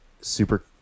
Super